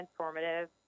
transformative